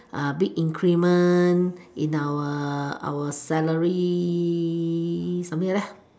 big increment in our our salary something like that